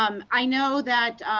um i know that,